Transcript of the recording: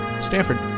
Stanford